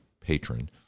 patron